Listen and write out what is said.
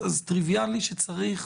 אז טריוויאלי שצריך